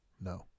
no